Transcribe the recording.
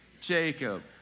Jacob